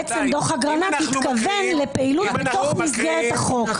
דוח אגרנט התכוון לפעילות בתוך מסגרת החוק.